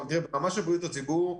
ברמה של בריאות הציבור,